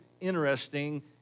interesting